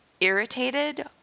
irritated